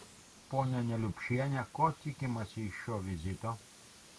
ponia neliupšiene ko tikimasi iš šio vizito